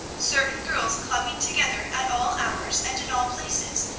certain girls clubbing together at all hours and in all places,